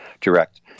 direct